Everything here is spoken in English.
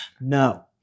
no